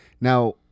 Now